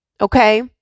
Okay